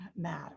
matter